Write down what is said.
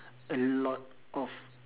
a lot of